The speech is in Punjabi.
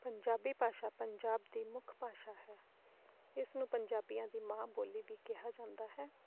ਪੰਜਾਬੀ ਭਾਸ਼ਾ ਪੰਜਾਬ ਦੀ ਮੁੱਖ ਭਾਸ਼ਾ ਹੈ ਇਸ ਨੂੰ ਪੰਜਾਬੀਆਂ ਦੀ ਮਾਂ ਬੋਲੀ ਵੀ ਕਿਹਾ ਜਾਂਦਾ ਹੈ